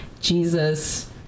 Jesus